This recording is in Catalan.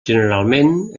generalment